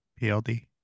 PLD